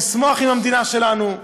לשמוח עם המדינה שלנו.